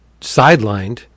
sidelined